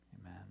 Amen